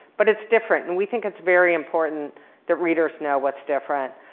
but it's different. and we think it's very important that readers know what's different.